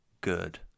good